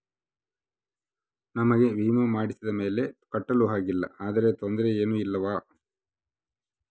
ನಮಗೆ ವಿಮೆ ಮಾಡಿಸಿದ ಮೇಲೆ ಕಟ್ಟಲು ಆಗಿಲ್ಲ ಆದರೆ ತೊಂದರೆ ಏನು ಇಲ್ಲವಾ?